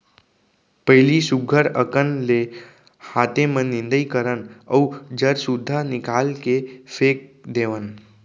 पहिली सुग्घर अकन ले हाते म निंदई करन अउ जर सुद्धा निकाल के फेक देवन